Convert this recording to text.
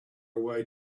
away